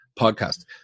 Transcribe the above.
podcast